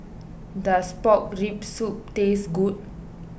does Pork Rib Soup taste good